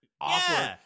awful